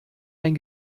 ein